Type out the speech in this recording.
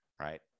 right